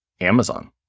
Amazon